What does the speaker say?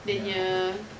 ya true